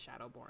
Shadowborn